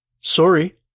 Sorry